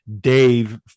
dave